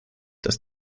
dass